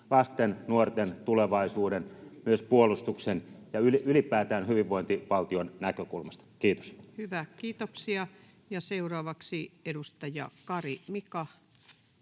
lasten ja nuorten tulevaisuuden ja myös puolustuksen ja ylipäätään hyvinvointivaltion näkökulmasta. — Kiitos. Kiitoksia. — Edustaja Kari, Mika,